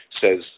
says